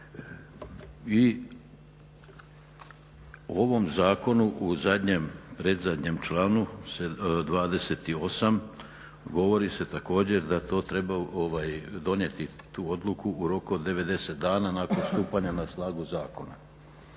I ovom zakonu u zadnjem predzadnjem članu, 28.govori se također da to treba donijeti tu odluku u roku od 90 dana nakon stupanja na snagu zakona.